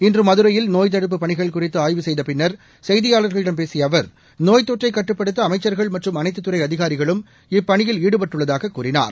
இன்று மதுரையில் நோய் தடுப்புப் பணிகள் குறித்து ஆய்வு செய்த பின்னர் செய்தியாளர்களிடம் பேசிய அவர் நோய் தொற்றை கட்டுப்படுத்த அமைச்சர்கள் மற்றும் அனைத்துத் துறை அதினாிகளும் இப்பணியில் ஈடுபட்டுள்ளதாக கூறினார்